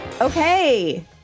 Okay